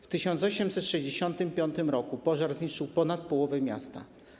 W 1865 r. pożar zniszczył ponad połowę miasta.